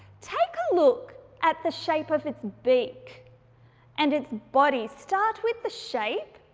take a look at the shape of its beak and its body, start with the shape,